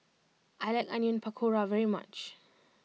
I like Onion Pakora very much